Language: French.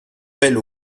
belle